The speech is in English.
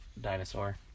dinosaur